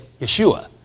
Yeshua